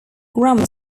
grammar